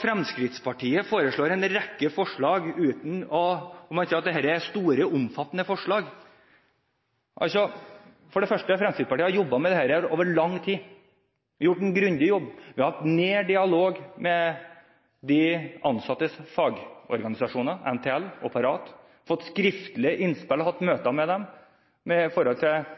Fremskrittspartiet foreslår en rekke forslag som man sier er store og omfattende. For det første har Fremskrittspartiet jobbet med dette over lang tid. Vi har gjort en grundig jobb og hatt nær dialog med de ansattes fagorganisasjoner – NTL og Parat – fått skriftlige innspill og hatt møter med dem om hvordan man kan omorganisere og hvordan det bør fungere bedre. Vi har hatt tilsvarende runder med